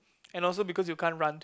and also because you can't run too